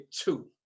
two